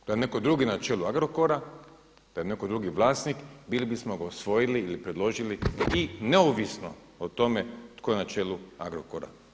Da je neko drugi na čelu Agrokora, da je neko drugi vlasnik bili bismo ga usvojili ili predložili i neovisno o tome tko je na čelu Agrokora.